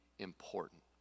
important